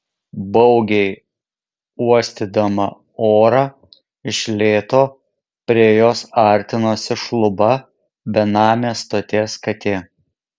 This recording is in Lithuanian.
baugiai uostydama orą iš lėto prie jos artinosi šluba benamė stoties katė